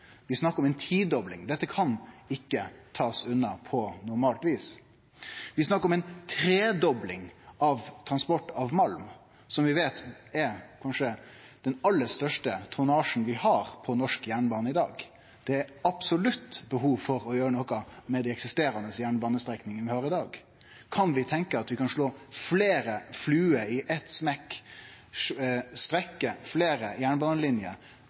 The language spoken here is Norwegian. Vi snakkar om ei tidobling. Dette kan ein ikkje ta unna på normalt vis. Vi snakkar om ei tredobling av transport av malm, som vi veit kanskje er den aller største tonnasjen på norsk jernbane i dag. Det er absolutt behov for å gjere noko med dei eksisterande jernbanestrekningane vi har i dag. Kan vi tenkje at vi kan slå fleire fluger i ein smekk – strekkje fleire jernbanelinjer,